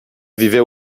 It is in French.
vivait